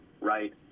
right